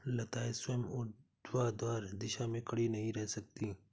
लताएं स्वयं ऊर्ध्वाधर दिशा में खड़ी नहीं रह सकती